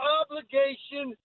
obligation